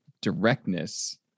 directness